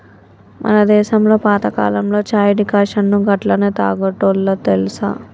మన దేసంలో పాతకాలంలో చాయ్ డికాషన్ను గట్లనే తాగేటోల్లు తెలుసా